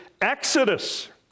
exodus